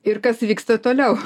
ir tas vyksta toliau